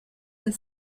and